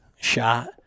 shot